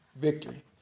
victory